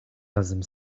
razem